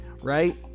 Right